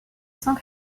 sans